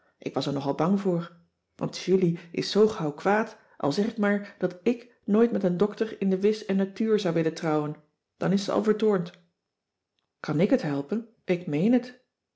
ik was er nogal bang voor want julie is zoo gauw kwaad al zeg ik maar dat k nooit met een dokter in de wis en natuur zou willen trouwen dan is ze al vertoornd kan ik het helpen ik meen het